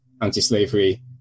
anti-slavery